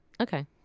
okay